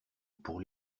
pour